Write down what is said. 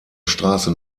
straße